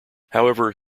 however